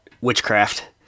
Witchcraft